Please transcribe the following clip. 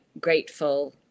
grateful